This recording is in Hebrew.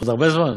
עוד הרבה זמן?